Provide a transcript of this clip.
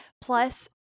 plus